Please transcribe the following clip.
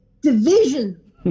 division